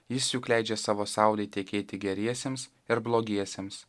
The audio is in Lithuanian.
jis juk leidžia savo saulei tekėti geriesiems ir blogiesiems